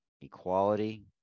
equality